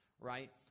right